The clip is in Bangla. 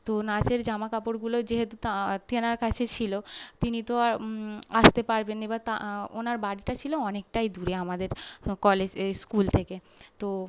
তো নাচের জামাকাপড়গুলো যেহেতু তেনার কাছে ছিল তিনি তো আর আসতে পারবেন না এবার তা ওনার বাড়িটা ছিল অনেকটাই দূরে আমাদের কলেজ এই স্কুল থেকে তো